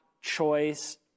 choice